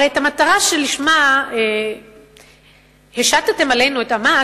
הרי את המטרה שלשמה השתתם עלינו את המס,